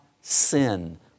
sin